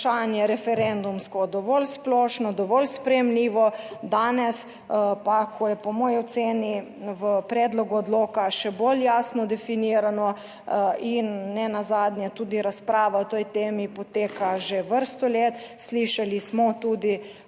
referendumsko dovolj splošno, dovolj sprejemljivo. Danes pa, ko je po moji oceni v predlogu odloka še bolj jasno definirano in nenazadnje tudi razprava o tej temi poteka že vrsto let. Slišali smo tudi